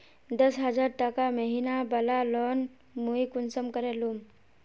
दस हजार टका महीना बला लोन मुई कुंसम करे लूम?